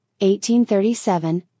1837